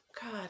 God